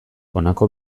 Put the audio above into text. honako